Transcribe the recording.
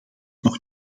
nog